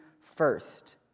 first